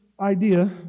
idea